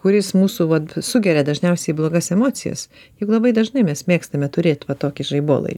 kuris mūsų va sugeria dažniausiai blogas emocijas juk labai dažnai mes mėgstame turėt va tokį žaibolai